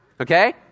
okay